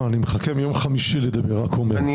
אני מבין שאתה קורא אותי לסדר, אבל